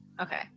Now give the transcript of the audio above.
Okay